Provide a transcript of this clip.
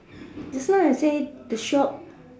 that's why I say the shop